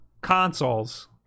consoles